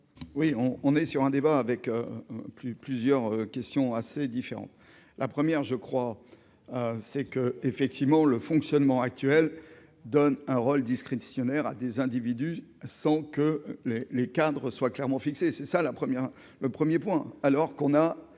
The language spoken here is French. Oui on on est sur un débat avec plus, plusieurs questions assez différentes : la première, je crois c'est que effectivement le fonctionnement actuel donne un rôle à des individus sans que les les cadres soient clairement fixé, c'est ça la première